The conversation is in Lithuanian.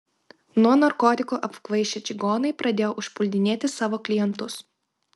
nuo narkotikų apkvaišę čigonai pradėjo užpuldinėti savo klientus